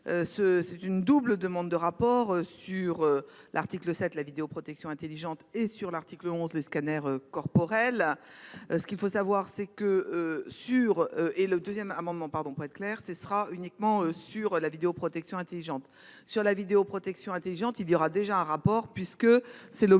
c'est une double demande de rapport sur l'article 7, la vidéoprotection intelligente et sur l'article 11. Les scanners corporels. Ce qu'il faut savoir c'est que sur et le 2ème amendement pardon pas clair, ce sera uniquement sur la vidéoprotection intelligente sur la vidéoprotection intelligente il y aura déjà un rapport puisque c'est l'objet